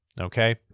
Okay